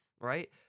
right